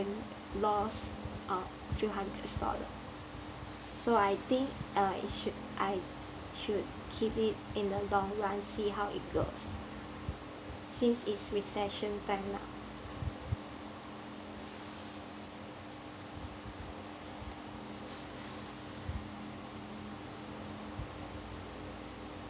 loss uh few hundreds dollar so I think uh it should I should keep it in the long run see how it goes since it's recession time now